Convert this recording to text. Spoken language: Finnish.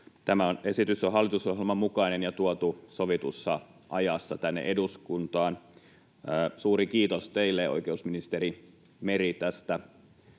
Tämä esitys on hallitusohjelman mukainen ja tuotu sovitussa ajassa tänne eduskuntaan. Suuri kiitos teille tästä, oikeusministeri Meri.